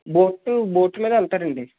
boat బోట్లో వెళ్తారండి